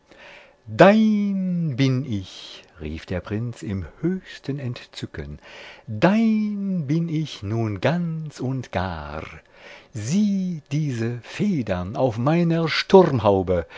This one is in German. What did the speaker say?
dein bin ich rief der prinz im höchsten entzücken dein bin ich nun ganz und gar sieh diese federn auf meiner